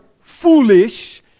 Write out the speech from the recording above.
foolish